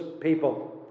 people